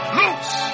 loose